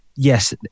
yes